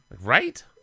right